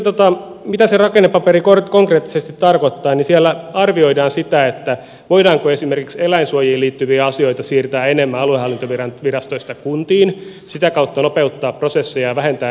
sitten mitä se rakennepaperi konkreettisesti tarkoittaa siellä arvioidaan sitä voidaanko esimerkiksi eläinsuojeluun liittyviä asioita siirtää enemmän aluehallintovirastoista kuntiin sitä kautta nopeuttaa prosesseja ja vähentää ruuhkia aluehallintovirastoissa